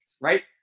right